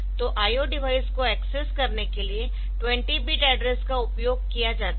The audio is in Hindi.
तो IO डिवाइस को एक्सेस करने के लिए 20 बिट एड्रेस का उपयोग किया जाता है